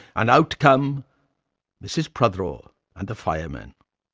and out come mrs. prothero and the firemen.